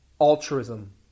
altruism